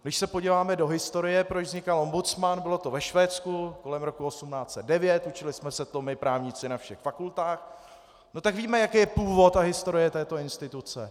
Když se podíváme do historie, proč vznikal ombudsman, bylo to ve Švédsku kolem roku 1809, učili jsme se to my právníci na všech fakultách, tak víme, jaký je původ a historie této instituce.